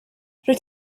rwyt